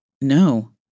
no